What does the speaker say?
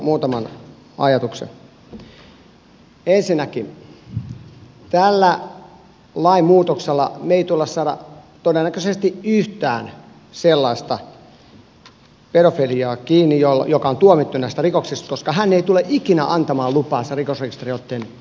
ensinnäkin tällä lainmuutoksella me emme tule saamaan todennäköisesti kiinni yhtään sellaista pedofiilia joka on tuomittu näistä rikoksista koska hän ei tule ikinä antamaan lupaa sen rikosrekisteriotteen tilaamiseen